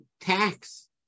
tax